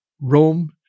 Rome